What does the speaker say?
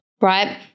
Right